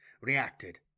reacted